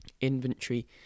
inventory